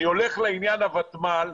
אני הולך לעניין הוותמ"ל.